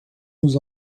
nous